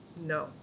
no